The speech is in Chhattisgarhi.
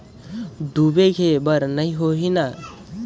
डूबे के बर नहीं होही न?